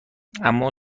اما